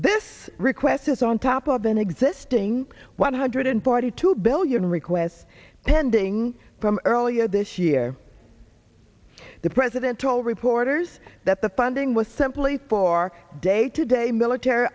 this request is on top of an existing one hundred forty two billion requests pending from earlier this year the president told reporters that the funding was simply for day to day military